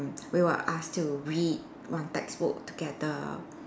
we will ask to read one textbook together